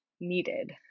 needed